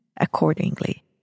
accordingly